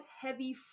heavy